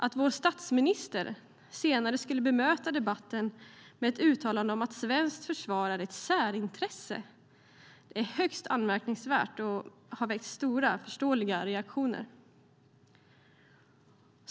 Att vår statsminister senare skulle bemöta debatten med ett uttalande om att svenskt försvar är ett särintresse är högst anmärkningsvärt och har väckt starka förståeliga reaktioner.